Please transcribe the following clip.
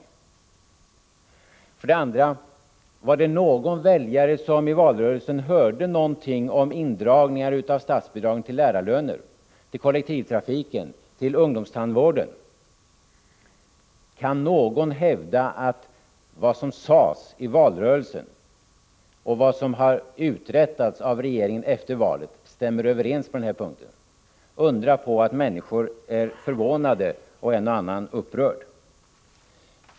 Sedan vill jag fråga: Var det någon väljare som i valrörelsen hörde någonting om indragning av statsbidragen till lärarlöner, kollektivtrafiken eller ungdomstandvården? Kan någon hävda att vad som sades i valrörelsen och vad som uträttats av regeringen efter valet stämmer överens på den här punkten? Undra på att människor är förvånade och en och annan är upprörd!